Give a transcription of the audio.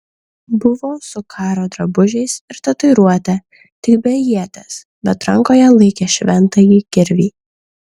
buvo su kario drabužiais ir tatuiruote tik be ieties bet rankoje laikė šventąjį kirvį